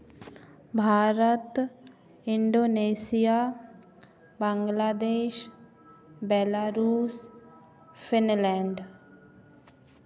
Bharat Indonesia Bangladesh Belarus Finland